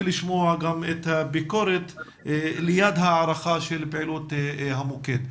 לשמוע גם את הביקורת ליד ההערכה של פעילות המוקד.